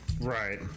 Right